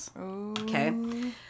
Okay